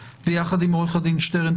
ביחד עם עורך הדין שטרן,